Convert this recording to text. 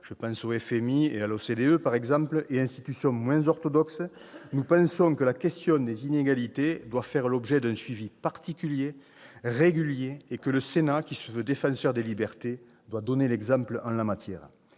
telles que le FMI et l'OCDE et des institutions moins orthodoxes -, nous pensons que la question des inégalités doit faire l'objet d'un suivi particulier, régulier, et que le Sénat, qui se veut défenseur des libertés, doit donner l'exemple en la matière.